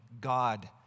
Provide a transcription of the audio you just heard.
God